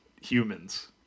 humans